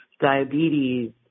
diabetes